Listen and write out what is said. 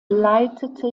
leitete